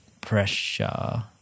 pressure